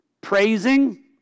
praising